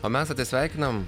o mes atsisveikinam